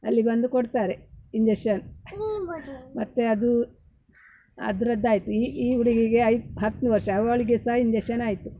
ಅಲ್ಲಿ ಬಂದು ಕೊಡ್ತಾರೆ ಇಂಜೆಷನ್ ಮತ್ತೆ ಅದೂ ಅದ್ರದ್ದಾಯ್ತು ಈ ಈ ಹುಡುಗಿಗೆ ಐ ಹತ್ತು ವರ್ಷ ಅವಳಿಗೆ ಸಹ ಇಂಜೆಷನ್ ಆಯಿತು